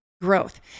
Growth